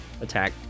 attack